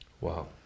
Wow